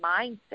mindset